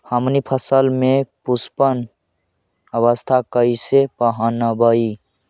हमनी फसल में पुष्पन अवस्था कईसे पहचनबई?